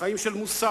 לחיים של מוסר,